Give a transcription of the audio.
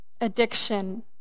addiction